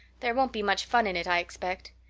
there won't be much fun in it, i expect.